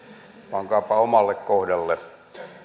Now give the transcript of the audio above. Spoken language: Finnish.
pankaapa omalle kohdalle